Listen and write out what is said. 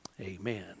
Amen